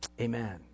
Amen